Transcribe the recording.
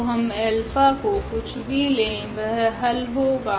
तो हम अल्फा को कुछ भी ले वह हल होगा